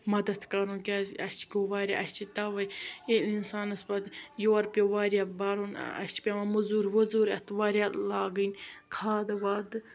مدد کَرُن کیازِ اَسہِ گوٚو واریاہ اَسہِ چھِ توے ییٚلہِ اِنسانس پَتہٕ یورٕ پیو واریاہ بَرُن اَسہِ چھِ پیوان مٔزوٗر ؤزوٗر یَتھ واریاہ لاگٕنۍ کھادٕ وادٕ